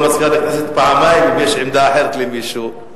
מזכירת הכנסת אם יש עמדה אחרת למישהו,